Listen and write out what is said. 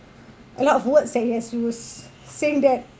a lot of words that he has used saying that